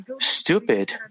stupid